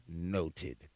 noted